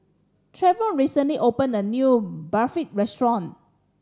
Treyvon recently opened a new Barfi restaurant